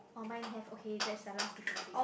oh mine have okay that's the last difference already